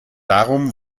darum